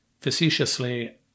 facetiously